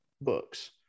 books